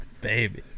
baby